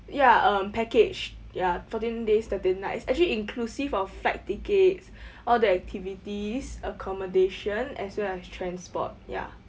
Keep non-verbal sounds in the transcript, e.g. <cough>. ya um package ya fourteen days thirteen nights actually inclusive of flight tickets <breath> all the activities accommodation as well as transport ya